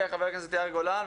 חבר הכנסת יאיר גולן,